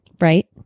Right